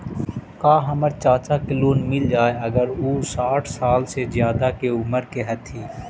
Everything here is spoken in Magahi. का हमर चाचा के लोन मिल जाई अगर उ साठ साल से ज्यादा के उमर के हथी?